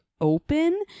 Open